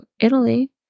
Italy